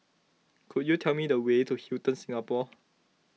could you tell me the way to Hilton Singapore